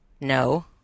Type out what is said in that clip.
No